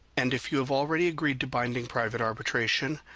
and if you have already agreed to binding private arbitration,